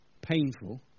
painful